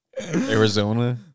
Arizona